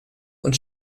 und